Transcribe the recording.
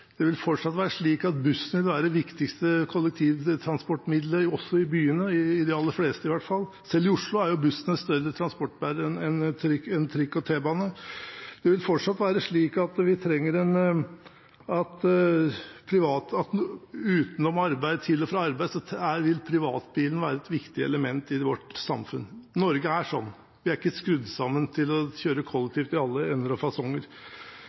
det vil fortsatt være slik at bussen er det viktigste kollektivtransportmidlet i byene, i hvert fall i de aller fleste byene. Selv i Oslo er bussen en større transportbærer enn trikk og t-bane. Det vil fortsatt være slik at til og fra arbeid vil privatbilen være et viktig element i vårt samfunn. Norge er slik, vi er ikke skrudd sammen til å kjøre kollektivt i alle ender og fasonger.